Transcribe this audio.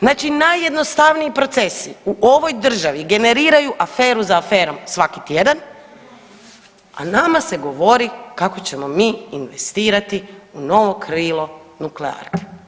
Znači najjednostavniji procesi u ovoj državi generiraju aferu za aferom svaki tjedan, a nama se govori kako ćemo mi investirati i novo krilo nuklearke.